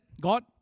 God